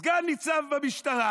סגן ניצב במשטרה,